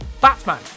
Batman